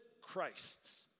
Christs